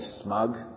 smug